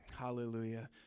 Hallelujah